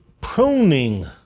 pruning